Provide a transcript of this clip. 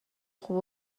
خوب